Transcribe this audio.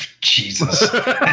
Jesus